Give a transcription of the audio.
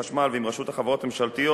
חשמל ועם רשות החברות הממשלתיות,